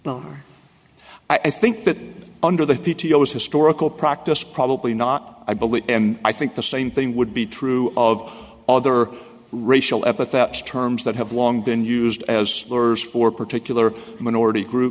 barrington i think that under the p t o is historical practice probably not i believe and i think the same thing would be true of other racial epithets terms that have long been used as lawyers for particular minority group